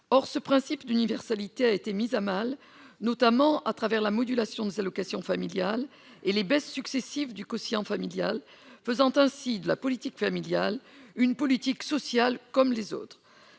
or ce principe d'universalité a été mise à mal, notamment à travers la modulation des allocations familiales et les baisses successives du quotient familial, faisant ainsi de la politique familiale une politique sociale comme les autres,